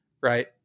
right